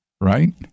right